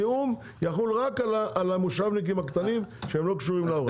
התיאום יחול רק על המושבניקים הקטנים שהם לא קשורים להוראות.